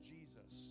Jesus